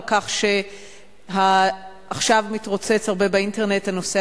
לכך שעכשיו מתרוצץ הרבה באינטרנט הנושא